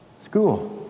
school